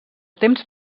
temps